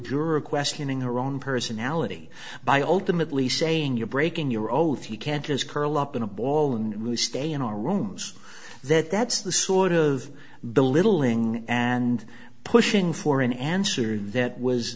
jury questioning her own personality by ultimately saying you're breaking your oath you can't just curl up in a ball and we stay in our rooms that that's the sort of belittling and pushing for an answer that was